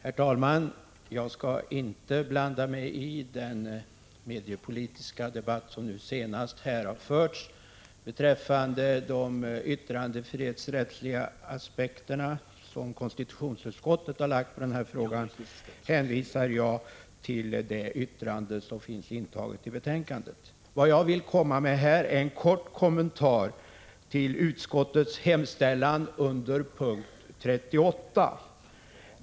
Herr talman! Jag skall inte blanda mig i den mediepolitiska debatt som nu senast här har förts. Beträffande de yttrandefrihetsrättsliga aspekter som konstitutionsutskottet har anlagt på den här frågan hänvisar jag till det yttrande som finns intaget i betänkandet. Vad jag vill komma med här är en kort kommentar till utskottets hemställan under punkt 38.